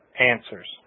answers